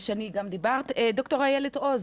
שני גם דיברה, ד"ר איילת עוז,